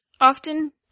often